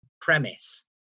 premise